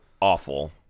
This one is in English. Awful